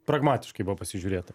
pragmatiškai buvo pasižiūrėta